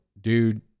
dude